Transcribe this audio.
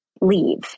leave